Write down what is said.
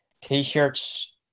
t-shirts